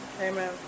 Amen